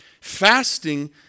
fasting